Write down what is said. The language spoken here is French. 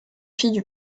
filles